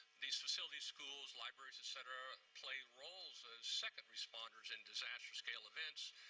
these facilities, schools, libraries, et cetera, play roles as second responders in disaster-scale events,